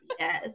Yes